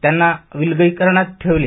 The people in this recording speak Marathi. त्याना विलगिकरनात ठेवले